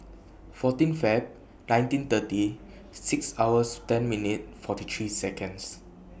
fourteen Feb nineteen thirty six hours ten minutes forty three Seconds